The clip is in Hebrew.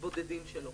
בודדים שלא.